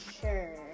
sure